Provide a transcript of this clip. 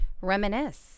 reminisce